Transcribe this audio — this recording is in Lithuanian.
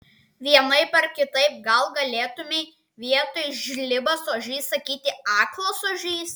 vienaip ar kitaip gal galėtumei vietoj žlibas ožys sakyti aklas ožys